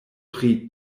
pri